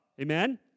Amen